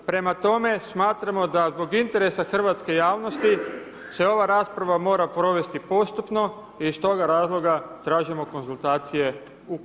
Prema toma, smatramo da zbog interesa hrvatske javnosti se ova rasprava mora provesti postupno i stoga razloga tražimo konzultacije u klubu.